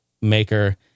maker